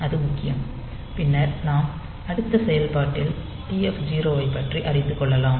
அது முக்கியம் பின்னர் நாம் அடுத்த செயல்பாட்டில் TF 0 ஐ பற்றி அறிந்து கொள்ளலாம்